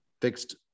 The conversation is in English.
fixed